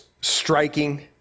striking